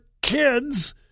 kids